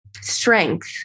strength